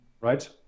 right